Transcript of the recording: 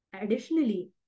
additionally